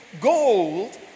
gold